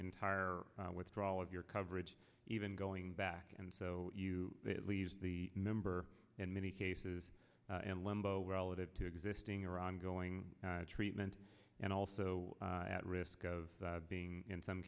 entire withdrawal of your coverage even going back and so you it leaves the member in many cases and limbo relative to existing or ongoing treatment and also at risk of being in some